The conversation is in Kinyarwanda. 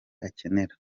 akenera